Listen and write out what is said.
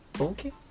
okay